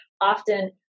often